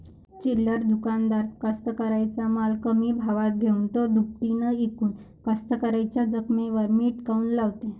चिल्लर दुकानदार कास्तकाराइच्या माल कमी भावात घेऊन थो दुपटीनं इकून कास्तकाराइच्या जखमेवर मीठ काऊन लावते?